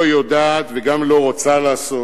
לא יודעת וגם לא רוצה לעשות?